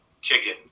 chicken